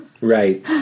Right